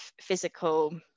physical